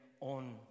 on